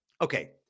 okay